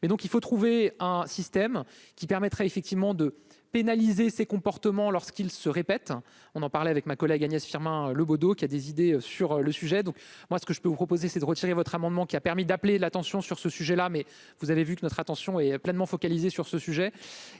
mais donc il faut trouver un système qui permettrait effectivement de pénaliser ces comportements lorsqu'il se répète, on en parlait avec ma collègue Agnès Firmin Le Bodo, qui a des idées sur le sujet, donc moi ce que je peux vous proposer, c'est de retirer votre amendement qui a permis d'appeler l'attention sur ce sujet là, mais vous avez vu que notre attention est pleinement focalisés sur ce sujet